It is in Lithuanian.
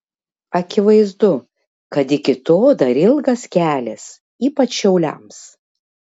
akivaizdu kad iki to dar ilgas kelias ypač šiauliams